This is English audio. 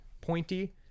pointy